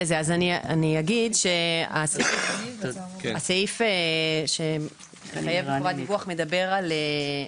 --- אגיד שהסעיף שמחייב חובת דיווח מדבר על,